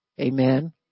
Amen